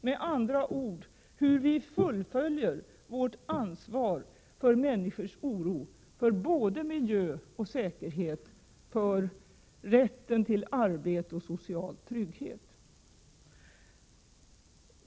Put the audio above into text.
Med andra ord visar vi hur vi fullt ut tar vårt ansvar för människors oro för både miljö och säkerhet, för rätten till arbete och social trygghet.